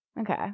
Okay